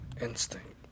instinct